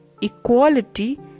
equality